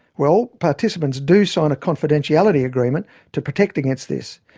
well, participants do sign a confidentiality agreement to protect against this.